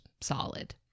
solid